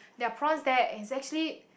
there are prawns there is actually